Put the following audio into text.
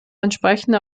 entsprechende